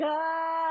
God